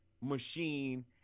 machine